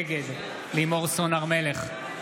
נגד לימור סון הר מלך,